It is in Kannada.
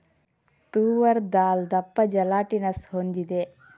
ತೂವರ್ ದಾಲ್ ದಪ್ಪ ಜೆಲಾಟಿನಸ್ ಹೊಂದಿದೆ